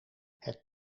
het